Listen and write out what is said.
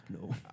no